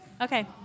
Okay